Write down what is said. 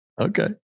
Okay